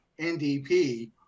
NDP